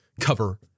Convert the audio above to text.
cover